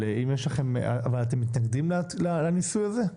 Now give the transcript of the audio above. אבל אתם מתנגדים לניסוי הזה?